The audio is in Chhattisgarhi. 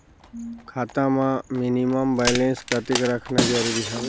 खाता मां मिनिमम बैलेंस कतेक रखना जरूरी हवय?